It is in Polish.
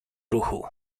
ruchu